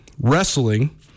wrestling